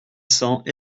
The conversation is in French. cents